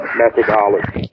methodology